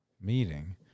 meeting